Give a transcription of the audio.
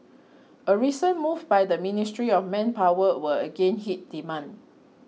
a recent move by the Ministry of Manpower will again hit demand